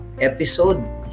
episode